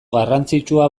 garrantzitsua